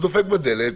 הוא דופק בדלת,